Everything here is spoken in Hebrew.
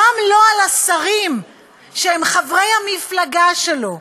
גם לא על השרים שהם חברי המפלגה שלו,